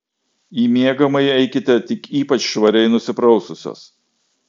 į miegamąjį eikite tik ypač švariai nusipraususios